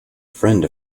friend